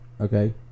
Okay